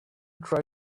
try